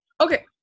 Okay